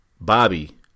Bobby